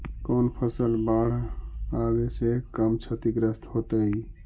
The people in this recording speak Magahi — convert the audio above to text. कौन फसल बाढ़ आवे से कम छतिग्रस्त होतइ?